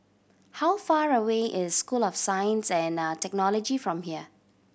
how far away is School of Science and Technology from here